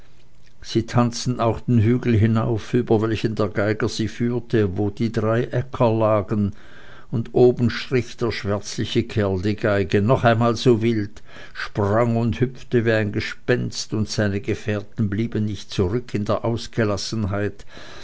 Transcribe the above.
sie tanzten auch den hügel hinauf über welchen der geiger sie führte wo die drei äcker lagen und oben strich der schwärzliche kerl die geige noch einmal so wild sprang und hüpfte wie ein gespenst und seine gefährten blieben nicht zurück in der ausgelassenheit